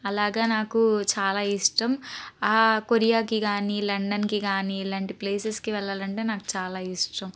అలాగ నాకు చాలా ఇష్టం ఆ కొరియాకి కానీ లండన్కి గాని ఇలాంటి ప్లేసెస్కి కానీ వెళ్ళాలంటే నాకు చాలా ఇష్టం